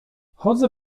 chodzę